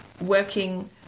working